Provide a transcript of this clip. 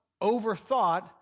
overthought